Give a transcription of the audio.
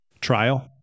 trial